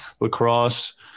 Lacrosse